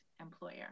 employer